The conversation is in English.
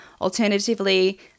Alternatively